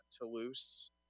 Toulouse